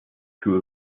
two